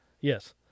yes